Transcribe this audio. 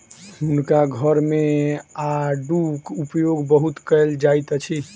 हुनका घर मे आड़ूक उपयोग बहुत कयल जाइत अछि